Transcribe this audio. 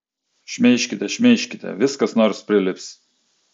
šmeižkite šmeižkite vis kas nors prilips